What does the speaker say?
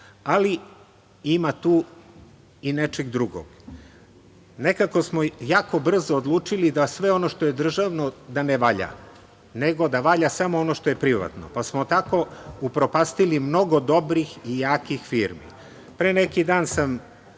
Ali, ima tu i nečeg drugog. Nekako smo jako brzo odlučili da sve ono što je državno da ne valja, nego da valja samo ono što je privatno, pa smo tako upropastili mnogo dobrih i jakih firmi. Pre neki dan sam